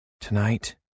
Tonight